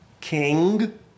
king